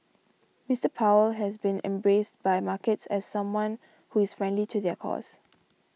Mister Powell has been embraced by markets as someone who is friendly to their cause